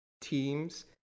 teams